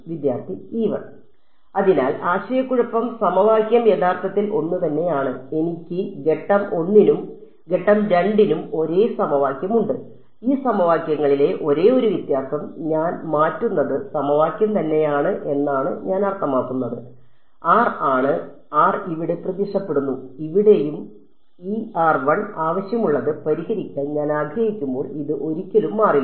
വിദ്യാർത്ഥി E1 അതിനാൽ ആശയക്കുഴപ്പം സമവാക്യം യഥാർത്ഥത്തിൽ ഒന്നുതന്നെയാണ് എനിക്ക് ഘട്ടം 1 നും ഘട്ടം 2 നും ഒരേ സമവാക്യമുണ്ട് ഈ സമവാക്യങ്ങളിലെ ഒരേയൊരു വ്യത്യാസം ഞാൻ മാറ്റുന്നത് സമവാക്യം തന്നെയാണ് എന്നാണ് ഞാൻ അർത്ഥമാക്കുന്നത് r ആണ് r ഇവിടെ പ്രത്യക്ഷപ്പെടുന്നു ഇവിടെയും ഇവിടെയും ആവശ്യമുള്ളത് പരിഹരിക്കാൻ ഞാൻ ആഗ്രഹിക്കുമ്പോൾ ഇത് ഒരിക്കലും മാറില്ല